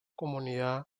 comunidad